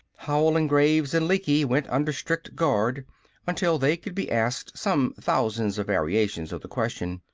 howell and graves and lecky went under strict guard until they could be asked some thousands of variations of the question,